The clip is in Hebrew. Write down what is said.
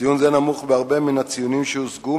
ציון זה נמוך בהרבה מהציונים שהושגו,